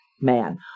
Man